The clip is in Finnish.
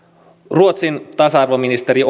ruotsin tasa arvoministeri